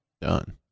done